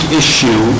issue